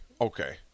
okay